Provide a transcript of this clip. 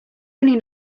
only